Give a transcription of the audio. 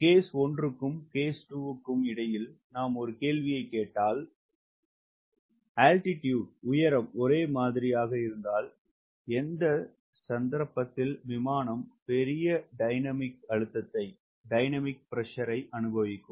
Case 1 க்கும் case 2 க்கும் இடையில் நாம் ஒரு கேள்வியைக் கேட்டால் உயரம் ஒரே மாதிரியாக இருந்தால் எந்த சந்தர்ப்பத்தில் விமானம் பெரிய டைனமிக் அழுத்தத்தை அனுபவிக்கும்